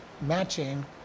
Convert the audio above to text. matching